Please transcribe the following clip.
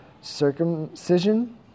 circumcision